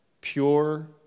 pure